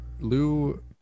Lou